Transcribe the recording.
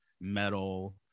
metal